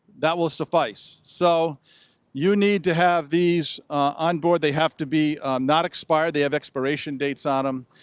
that will suffice. so you need to have these on board, they have to be not expired. they have expiration dates on them.